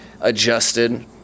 adjusted